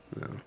No